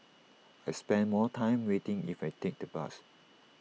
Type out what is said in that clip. I'll spend more time waiting if I take the bus